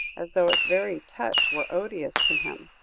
as though its very touch were odious to him.